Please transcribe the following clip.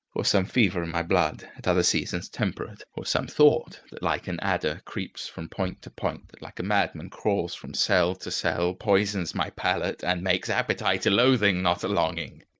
or some fever in my blood, at other seasons temperate, or some thought that like an adder creeps from point to point, that like a madman crawls from cell to cell, poisons my palate and makes appetite a loathing, not a longing.